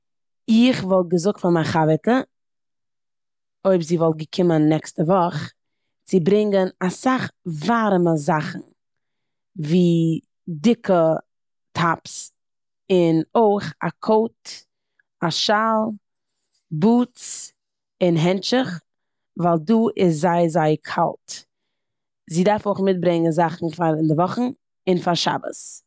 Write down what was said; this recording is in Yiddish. איך וואלט געזאגט פאר מיין חבר'טע אויב זי וואלט געקומען נעקסטע וואך צו ברענגען אסאך ווארעמע זאכן, ווי דיקע טאפס און אויך א קאוט, א שאל, בוטס און הענטשיך ווייל דא איז זייער זייער קאלט. זי דארך אויך מיטברענגען זאכן פאר אינדערוואכן און פאר שבת.